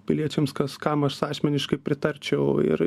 piliečiams kas kam aš asmeniškai pritarčiau ir